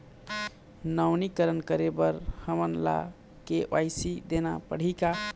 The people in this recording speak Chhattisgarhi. नवीनीकरण करे बर हमन ला के.वाई.सी देना पड़ही का?